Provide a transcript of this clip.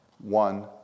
one